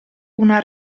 una